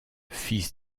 fils